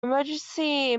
emergency